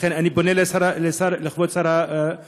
לכן, אני פונה לכבוד שר הבריאות,